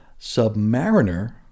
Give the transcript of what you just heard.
Submariner